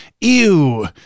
ew